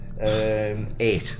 eight